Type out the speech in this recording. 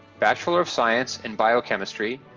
bachelor of science in biochemistry,